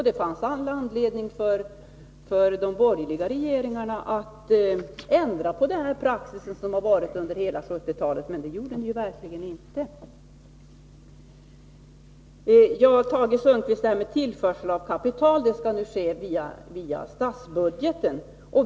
Det fanns all anledning också för de borgerliga regeringarna att ändra på den praxis som rått under hela 1970-talet, men det gjorde de ju inte. Till Tage Sundkvist: Tillförseln av kapital skall nu ske via statsbudgeten.